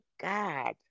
God